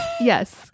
yes